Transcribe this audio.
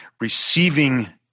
receiving